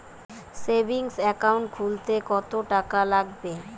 Savings account খুলতে কতটাকা লাগবে?